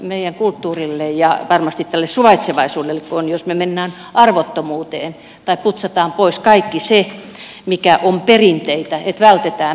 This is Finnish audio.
meidän kulttuurillemme ja varmasti tälle suvaitsevaisuudellekin on jos me menemme arvottomuuteen tai putsaamme pois kaiken sen mikä on perinteitä vältämme perinteitä